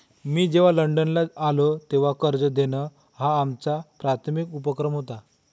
मी जेव्हा लंडनला आलो, तेव्हा कर्ज देणं हा आमचा प्राथमिक उपक्रम होता